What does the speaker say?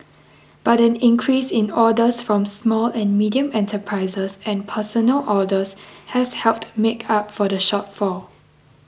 but an increase in orders from small and medium enterprises and personal orders has helped make up for the shortfall